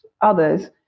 others